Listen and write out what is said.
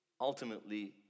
ultimately